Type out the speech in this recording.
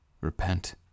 Repent